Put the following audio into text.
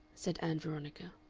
said ann veronica.